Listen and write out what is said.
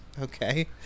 Okay